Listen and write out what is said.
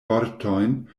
vortojn